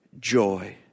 joy